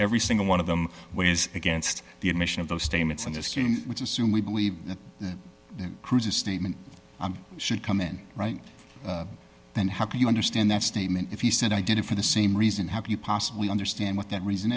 every single one of them which is against the admission of those statements in this which assume we believe that cruz a statement should come in right then how can you understand that statement if he said i did it for the same reason how can you possibly understand what that reason